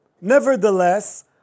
Nevertheless